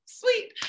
sweet